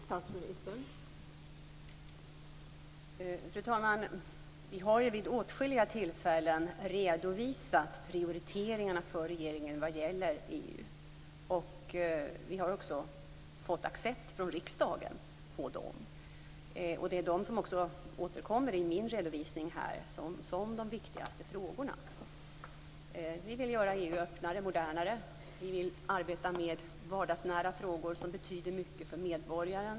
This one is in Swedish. Fru talman! Vi har vid åtskilliga tillfällen redovisat prioriteringarna för regeringen vad gäller EU och vi har också fått accept från riksdagen på dem. Det är de som också återkommer i min redovisning här som de viktigaste frågorna. Vi vill göra EU öppnare och modernare. Vi vill arbeta med vardagsnära frågor som betyder mycket för medborgaren.